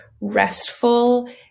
restful